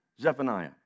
Zephaniah